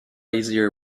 easier